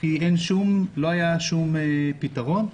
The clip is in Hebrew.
כי לא היה שום פתרון.